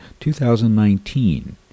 2019